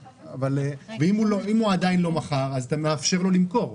ואם הוא עדיין לא מכר, אתה מאפשר לו למכור.